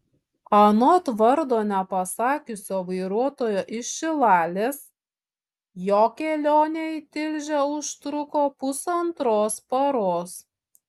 anot vardo nepasakiusio vairuotojo iš šilalės jo kelionė į tilžę užtruko pusantros paros